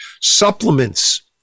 supplements